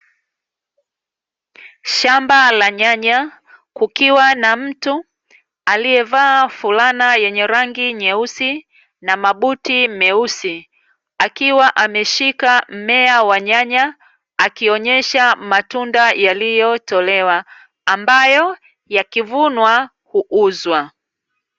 Shamba la nyanya, kukiwa na mtu aliyevaa fulana yenye rangi nyesusi na mabuti meusi, akiwa ameshika mmea wa nyanya, akionyesha matunda yaliyotolewa ambayo yakivunwa huuzwa.